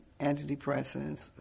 antidepressants